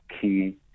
key